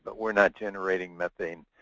but we're not generating methane